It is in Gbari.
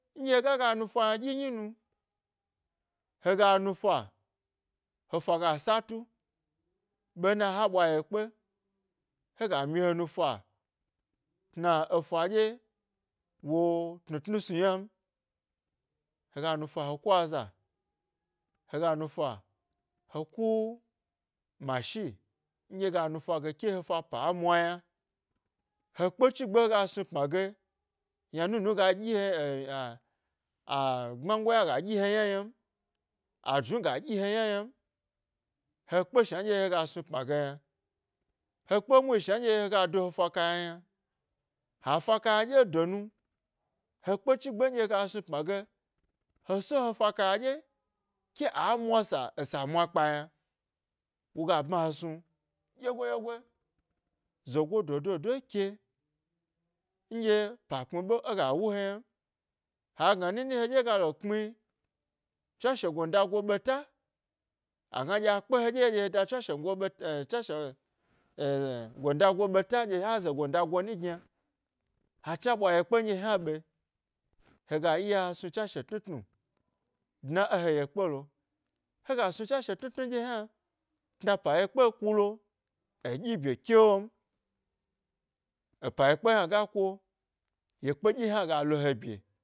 Nɗye hega ga nufa yna dyi nu hega nufa hefa ga satu ɓena ha ɓwa ye kpe, hega myi he nufa tna efa ɗye wo tnu tnu snu yna ni, heya nufa he ku aza, hega nufa he ku mashi nɗye hega nufa ke he fa pi a mwa yna, he kpe chigbe nɗye hega snu pma ge yna nu nu ga dyi eh a, a gbnan goyna ga dyi hne yna ynan, ajnu ga ɗyi he yna ynan he kpa shua nɗye hega snu pma ge yna he kpe muhni shna nɗye hega do hefa ka yna yna hafa kayna ɗye do nu, he kpe chi gbe nɗye hega snu pma ge he so hefa kayna oyi a mwasa, esa mwakpa yna, woga bma he snu dyegoe ɗyego1. Zogo ke nɗye pa kpmi ɓe ega wu he ynan, ha gna nini he ɗye galo kpmi tswashe gon dago ɓeta agna ɗye he da tswashe ngo ɓeta dye haza gonda go nyi gyna ha chna ɓwa ye kpen ɗye lma ɓe hega iya he snu tswashe tnutnu dua e ye kpelo hega snu tswashe tnutnu nɗye hna tna epa yekpe hna ga ko yekpe ɗye hna ga lo he bye.